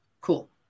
cool